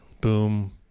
boom